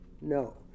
No